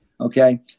Okay